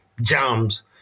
jams